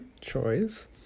choice